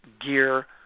gear